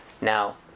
Now